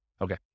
Okay